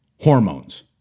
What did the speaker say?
hormones